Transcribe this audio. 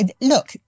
look